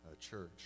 church